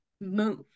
move